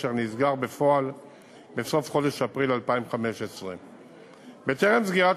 והוא נסגר בפועל בסוף חודש אפריל 2015. בטרם סגירת